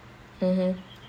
mmhmm